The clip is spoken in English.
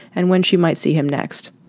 and when she might see him next,